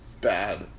bad